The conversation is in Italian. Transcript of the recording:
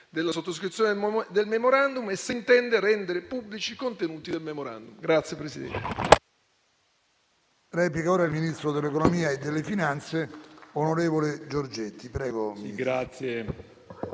della sottoscrizione del *memorandum*; se intenda rendere pubblici i contenuti del *memorandum*. PRESIDENTE.